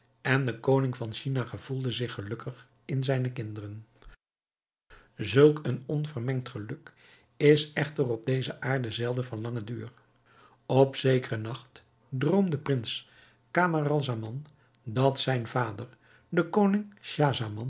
en de koning van china gevoelde zich gelukkig in zijne kinderen zulk een onvermengd geluk is echter op deze aarde zelden van langen duur op zekeren nacht droomde prins camaralzaman dat zijn vader de koning